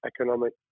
economic